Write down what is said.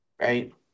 Right